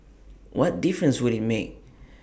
what difference would IT make